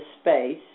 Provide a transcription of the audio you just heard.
space